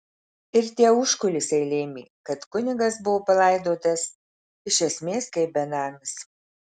ir tie užkulisiai lėmė kad kunigas buvo palaidotas iš esmės kaip benamis